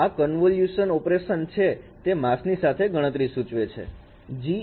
આ એક convolution operation છે તે માસ ની સાથે ગણતરી સૂચવે છે